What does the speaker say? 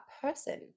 person